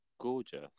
Gorgeous